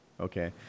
okay